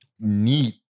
neat